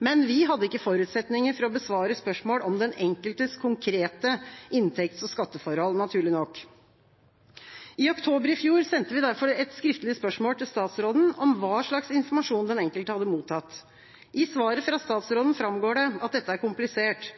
men vi hadde ikke forutsetninger for å besvare spørsmål om den enkeltes konkrete inntekts- og skatteforhold, naturlig nok. I oktober i fjor sendte vi derfor et skriftlig spørsmål til statsråden om hva slags informasjon den enkelte hadde mottatt. I svaret fra statsråden framgår det at dette er komplisert,